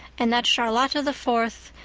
and that charlotta the fourth,